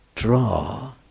Draw